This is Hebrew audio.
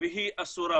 והיא אסורה,